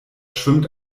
schwimmt